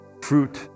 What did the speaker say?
fruit